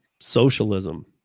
socialism